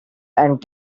and